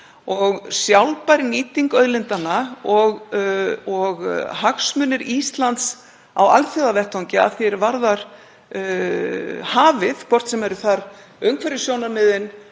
Sjálfbær nýting auðlindanna og hagsmunir Íslands á alþjóðavettvangi að því er varðar hafið, hvort sem eru það eru umhverfissjónarmiðin,